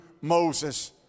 Moses